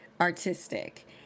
artistic